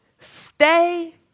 Stay